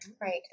Right